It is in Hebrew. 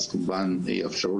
אז כמובן יאפשרו